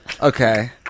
Okay